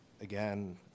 again